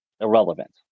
irrelevant